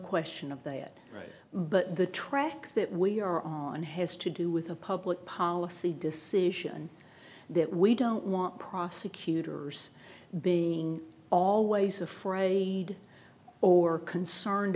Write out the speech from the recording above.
question of the it right but the track that we are on has to do with a public policy decision that we don't want prosecutors being always afraid or concerned